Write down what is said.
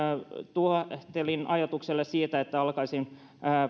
tuhahtelin ajatukselle siitä että alkaisin